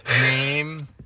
Name